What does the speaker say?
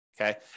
Okay